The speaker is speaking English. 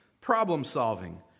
problem-solving